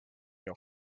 your